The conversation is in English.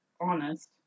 honest